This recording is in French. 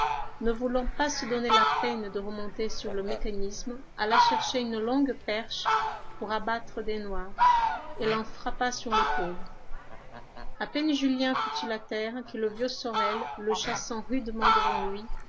ne voulant pas se donner la peine de remonter sur le mécanisme alla chercher une longue perche pour abattre des noix et l'en frappa sur l'épaule a peine julien fut-il à terre que le vieux sorel le chassant rudement devant lui